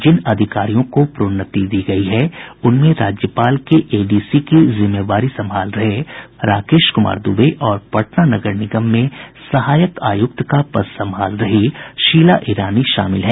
जिन अधिकारियों को प्रोन्नति दी गई है उनमें राज्यपाल के एडीसी की जिम्मेवारी संभाल रहे पुलिस उपाधीक्षक राकेश कुमार दुबे और पटना निगम नगर निगम में सहायक आयुक्त का पद संभाल रही शीला ईरानी शामिल हैं